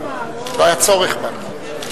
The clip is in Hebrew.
לא היה צורך בה.